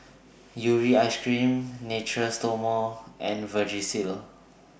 Urea as Cream Natura Stoma and Vagisil